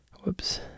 Whoops